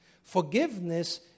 forgiveness